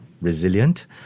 resilient